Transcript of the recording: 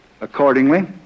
Accordingly